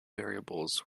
variables